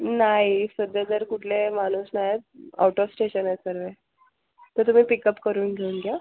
नाही सध्या तर कुठलाच माणूस नाही आउट ऑफ स्टेशन आहेत सर्व तर तुम्ही पिकअप करून घेऊन जा